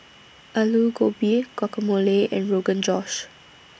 Alu Gobi Guacamole and Rogan Josh